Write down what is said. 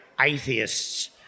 atheists